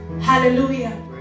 Hallelujah